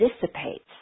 dissipates